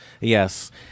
yes